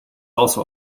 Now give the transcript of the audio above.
also